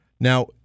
Now